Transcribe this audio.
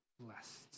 blessed